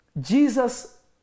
Jesus